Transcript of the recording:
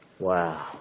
Wow